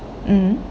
hmm